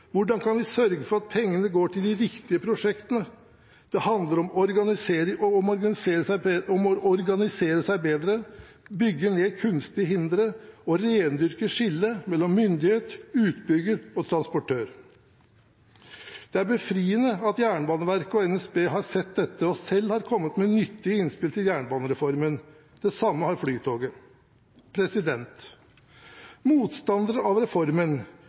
Hvordan kan vi sørge for at pengene går til de riktige prosjektene? Det handler om å organisere seg bedre, bygge ned kunstige hindre og rendyrke skillet mellom myndighet, utbygger og transportør. Det er befriende at Jernbaneverket og NSB har sett dette og selv har kommet med nyttige innspill til jernbanereformen. Det samme har Flytoget. Motstanderne av reformen